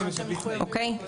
אוקיי?